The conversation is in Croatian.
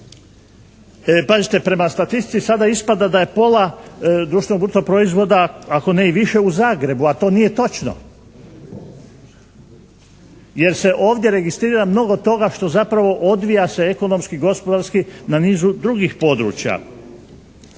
Pazite, prema statistici sada ispada da je pola društvenog bruto proizvoda, ako ne i više u Zagrebu, a to nije točno. Jer se ovdje registrira mnogo toga što zapravo odvija se ekonomski, gospodarski na nizu drugih područja.